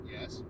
Yes